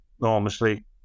enormously